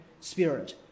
Spirit